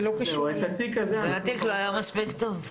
אולי התיק לא היה מספיק טוב.